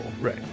Right